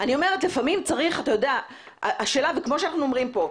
כמו שאנחנו אומרים כאן,